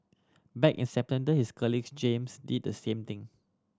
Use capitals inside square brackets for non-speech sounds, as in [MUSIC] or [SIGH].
back in [UNINTELLIGIBLE] his colleague James did the same thing